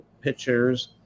pictures